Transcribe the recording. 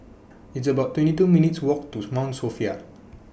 It's about twenty two minutes' Walk to Mount Sophia